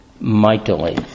mightily